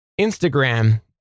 Instagram